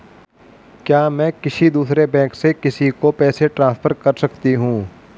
क्या मैं किसी दूसरे बैंक से किसी को पैसे ट्रांसफर कर सकती हूँ?